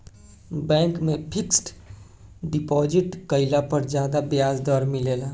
bank में fixed deposit कईला पर ज्यादा ब्याज दर मिलेला